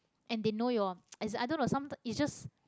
and they know your as other was some it just